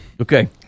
Okay